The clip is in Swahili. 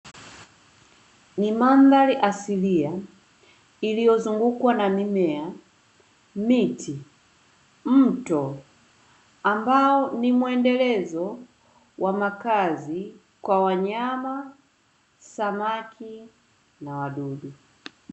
Ni mandhari asilia iliyo zungukwa na mimea, miti, mto ambao ni muendelezo wa makazi kwa wanyama, samaki na wadudu.